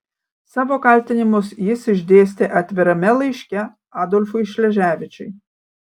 savo kaltinimus jis išdėstė atvirame laiške adolfui šleževičiui